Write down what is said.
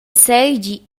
seigi